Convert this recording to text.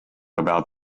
about